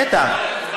בטח.